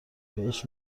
بهش